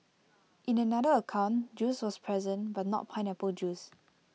in another account juice was present but not pineapple juice